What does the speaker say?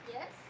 Yes